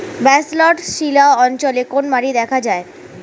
Basalt শিলা অঞ্চলে কোন মাটি দেখা যায়?